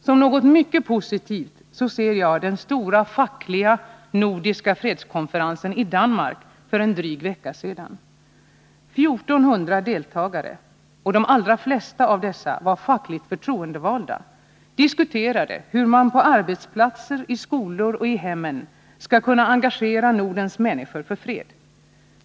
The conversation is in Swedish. Som något mycket positivt ser jag den stora fackliga nordiska fredskonferensen i Danmark för en dryg vecka sedan. 1 400 deltagare — de allra flesta var fackligt förtroendevalda — diskuterade hur man på arbetsplatser, i skolor och i hemmen skall kunna engagera nordens människor för fred.